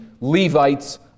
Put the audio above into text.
Levites